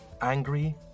Angry